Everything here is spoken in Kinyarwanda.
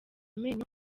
amenyo